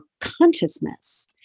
consciousness